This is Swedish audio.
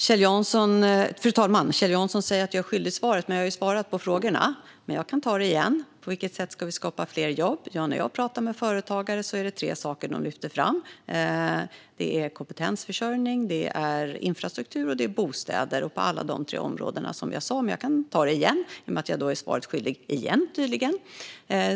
Fru talman! Kjell Jansson säger att jag är svaret skyldig. Jag har svarat på frågorna, men jag kan göra det igen. På vilket sätt ska vi skapa fler jobb? När jag pratar med företagare är det tre saker som de lyfter fram: kompetensförsörjning, infrastruktur och bostäder. I och med att jag tydligen är svaret skyldig igen kan jag upprepa svaren igen.